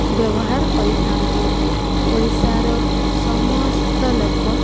ବ୍ୟବହାର କରିଥାନ୍ତି ଓଡ଼ିଶାର ସମସ୍ତ ଲୋକ